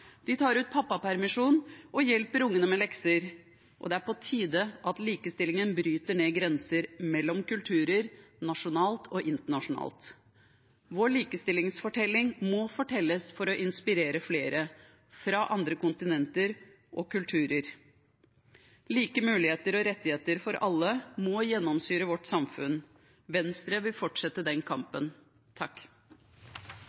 De tar ut pappapermisjon og hjelper ungene med lekser. Det er på tide at likestillingen bryter ned grenser mellom kulturer, nasjonalt og internasjonalt. Vår likestillingsfortelling må fortelles for å inspirere flere fra andre kontinenter og kulturer. Like muligheter og rettigheter for alle må gjennomsyre vårt samfunn. Venstre vil fortsette den